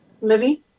Livy